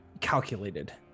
calculated